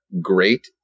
great